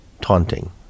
taunting